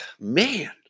man